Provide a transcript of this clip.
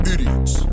Idiots